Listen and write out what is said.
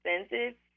expensive